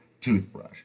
toothbrush